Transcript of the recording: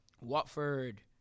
Watford